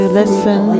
listen